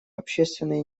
общественные